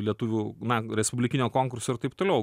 lietuvių na respublikinio konkurso ir taip toliau